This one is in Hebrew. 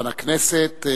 לדוכן הכנסת.